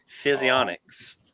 Physionics